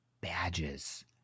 Badges